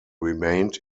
remained